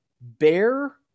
bear